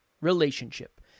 relationship